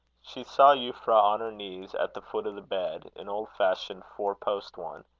she saw euphra on her knees at the foot of the bed, an old-fashioned four-post one.